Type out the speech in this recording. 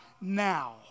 now